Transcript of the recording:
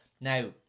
Now